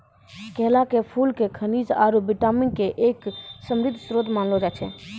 केला के फूल क खनिज आरो विटामिन के एक समृद्ध श्रोत मानलो जाय छै